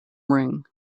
ring